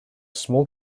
small